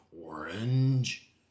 orange